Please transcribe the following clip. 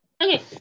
Okay